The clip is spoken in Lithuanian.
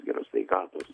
geros sveikatos